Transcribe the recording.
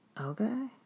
Okay